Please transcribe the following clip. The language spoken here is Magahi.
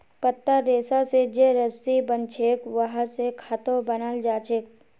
पत्तार रेशा स जे रस्सी बनछेक वहा स खाटो बनाल जाछेक